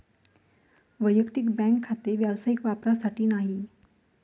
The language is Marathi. वैयक्तिक बँक खाते व्यावसायिक वापरासाठी नाही